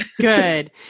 Good